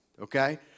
Okay